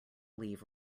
leave